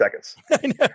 seconds